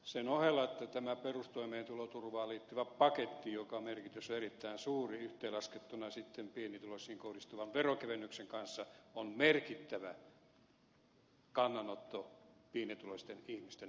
sen ohella että tämän perustoimeentuloturvaan liittyvän paketin merkitys on erittäin suuri yhteenlaskettuna pienituloisiin kohdistuvan veronkevennyksen kanssa se on merkittävä kannanotto pienituloisten ihmisten auttamiseksi